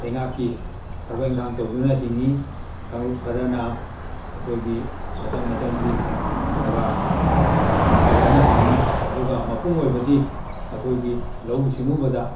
ꯂꯩꯉꯥꯛꯀꯤ ꯊꯕꯛ ꯏꯟꯈꯥꯡ ꯇꯧꯗꯨꯅ ꯍꯦꯡꯏ ꯀꯥꯡꯂꯨꯞ ꯈꯔꯅ ꯑꯩꯈꯣꯏꯒꯤ ꯃꯇꯝ ꯃꯇꯝꯒꯤ ꯀꯔꯕꯥꯔ ꯇꯧꯗꯨꯅ ꯍꯤꯡꯏ ꯑꯗꯨꯒ ꯃꯄꯨꯡ ꯑꯣꯏꯕꯗꯤ ꯑꯈꯣꯏꯒꯤ ꯂꯩꯎ ꯁꯤꯉꯨꯕꯗ